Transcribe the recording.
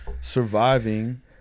surviving